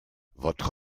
votre